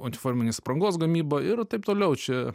uniforminės aprangos gamyba ir taip toliau čia